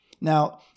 Now